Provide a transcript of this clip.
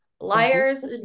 Liars